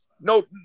no